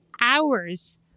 hours